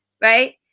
Right